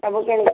ସବୁ କିଣିବା